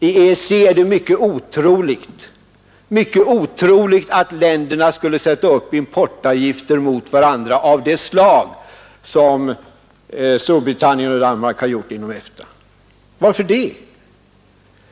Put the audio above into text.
I EEC är det mycket otroligt att länderna skulle sätta upp importavgifter mot varandra av det slag som Storbritannien och Danmark har infört inom EFTA. Varför det?